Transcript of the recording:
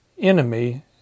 enemy